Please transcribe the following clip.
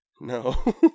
No